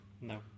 no